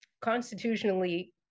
constitutionally